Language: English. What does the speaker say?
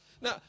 Now